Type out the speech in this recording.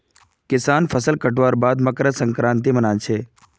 किसान फसल कटवार बाद मकर संक्रांति मना छेक